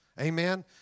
Amen